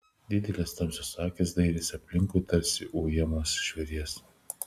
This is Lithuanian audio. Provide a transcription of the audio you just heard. didelės tamsios akys dairėsi aplinkui tarsi ujamo žvėries